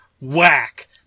whack